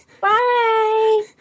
Bye